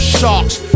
sharks